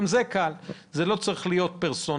גם זה קל: זה לא צריך להיות פרסונלי,